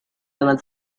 dengan